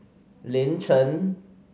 Lin Chen